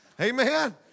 Amen